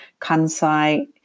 Kansai